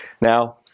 Now